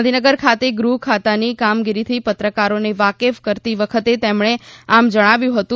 ગાંધીનગર ખાતે ગૃહ ખાતાની કામગીરીથી પત્રકારોને વાકેફ કરતી વખતે તેમણે આમ જણાવ્યુ હતું